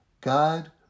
God